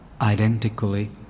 identically